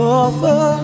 offer